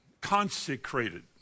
consecrated